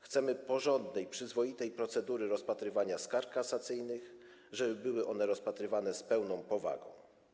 Chcemy porządnej, przyzwoitej procedury rozpatrywania skarg kasacyjnych, żeby były one rozpatrywane z pełną powagą.